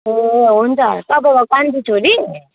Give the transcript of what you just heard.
ए हुन्छ तपाईँको कान्छी छोरी